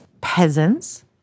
peasants